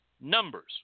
numbers